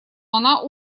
она